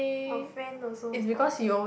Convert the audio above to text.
our friend also bought it